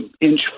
inch